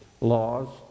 laws